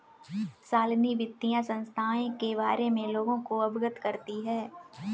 शालिनी वित्तीय संस्थाएं के बारे में लोगों को अवगत करती है